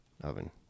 oven